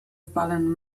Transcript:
fallen